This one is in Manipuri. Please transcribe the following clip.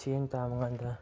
ꯁꯦꯟ ꯇꯥꯟꯕ ꯀꯥꯟꯗ